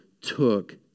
took